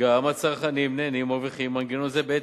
גם הצרכנים נהנים ומרוויחים ממנגנון זה בעת